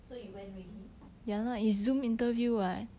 so you went already